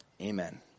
Amen